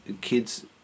kids